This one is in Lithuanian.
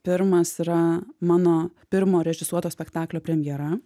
pirmas yra mano pirmo režisuoto spektaklio premjera